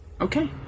Okay